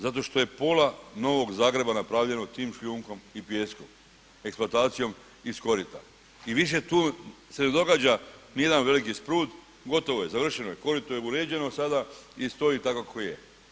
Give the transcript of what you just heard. Zato što je pola Novog Zagreba napravljeno tim šljunkom i pijeskom, eksploatacijom iz korita i više tu se ne događa ni jedan veliki sprud, gotovo je završeno je, korito je uređeno sada i stoji tako kako je.